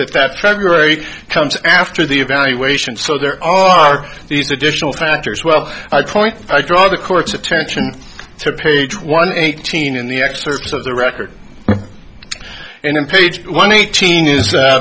that that february comes after the evaluation so there are these additional factors well i point i draw the court's attention to page one eighteen in the excerpt of the record in page one eighteen is